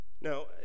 Now